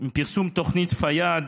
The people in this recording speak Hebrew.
עם פרסום תוכנית פיאד,